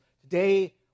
today